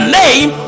name